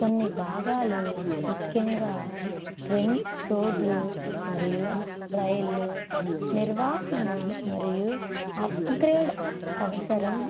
కొన్ని భాగాలు ముఖ్యంగా రెం రోడ్లు మరియు రైళ్లు నిర్వహణ మరియు అప్గ్రేడ్ అవసరం